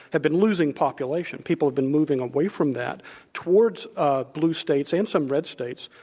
have been losing population. people have been moving away from that towards ah blue states, and some red states,